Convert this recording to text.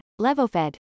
levofed